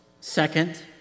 second